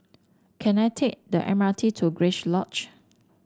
can I take the M R T to Grace Lodge